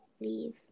leave